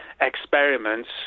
experiments